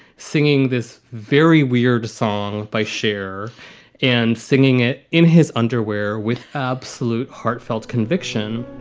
singing this very weird song by cher and singing it in his underwear with absolute heartfelt conviction